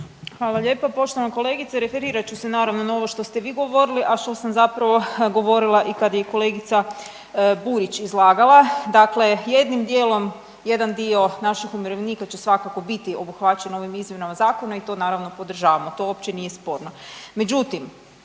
Hvala lijepo. Poštovana kolegice referirat ću se naravno na ovo što ste vi govorili, a što sam zapravo govorila i kad je kolegica Burić izlagala. Dakle, jednim dijelom, jedan dio naših umirovljenika će svakako biti obuhvaćen ovim izmjenama zakona i to naravno podržavamo, to uopće nije sporno.